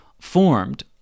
formed